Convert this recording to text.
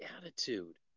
attitude